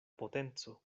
potenco